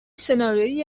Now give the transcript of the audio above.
سناریویی